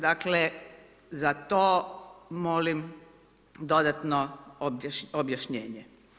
Dakle, za to molim dodatno objašnjenje.